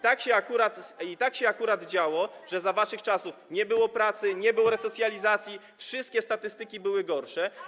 Tak się akurat działo, że za waszych czasów nie było pracy, nie było resocjalizacji, wszystkie statystyki były gorsze.